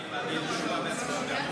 אני מעדיף תשובה והצבעה יחד.